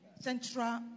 central